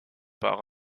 par